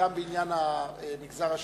גם בעניין המגזר השלישי.